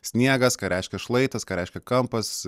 sniegas ką reiškia šlaitas ką reiškia kampas